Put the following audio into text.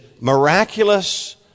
miraculous